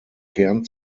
kern